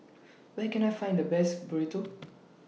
Where Can I Find The Best Burrito